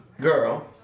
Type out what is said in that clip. girl